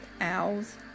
owl's